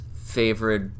favorite